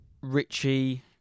Richie